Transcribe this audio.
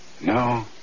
No